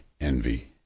Envy